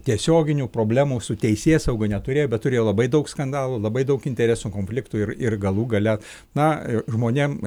tiesioginių problemų su teisėsauga neturėjo bet turėjo labai daug skandalų labai daug interesų konfliktų ir ir galų gale na žmonėm